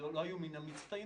שלא היו מן המצטיינים,